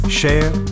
share